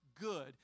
good